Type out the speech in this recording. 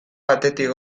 batetik